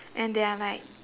and they're like